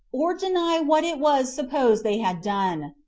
or deny what it was supposed they had done.